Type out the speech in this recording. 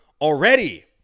already